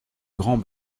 grand